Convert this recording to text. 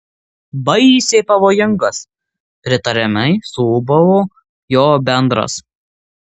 baisiai pavojingas pritariamai suūbavo jo bendras